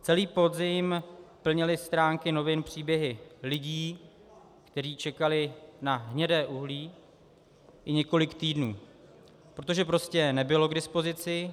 Celý podzim plnily stránky novin příběhy lidí, kteří čekali na hnědé uhlí i několik týdnů, protože prostě nebylo k dispozici.